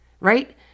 right